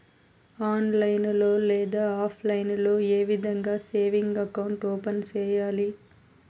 online లో లేదా offline లో ఏ విధంగా సేవింగ్ అకౌంట్ ఓపెన్ సేయాలి